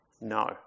No